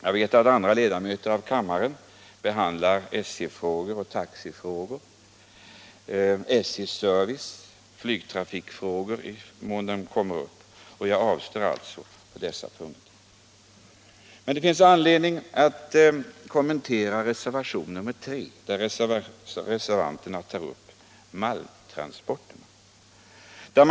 Jag vet att andra ledamöter av kammaren behandlar SJ frågor och taxefrågor, SJ:s service, flygtrafikfrågor, i den mån de kommer upp, och jag avstår alltså på dessa punkter. Men det finns anledning att kommentera reservation nr 3, där reservanterna tar upp malmtransporterna.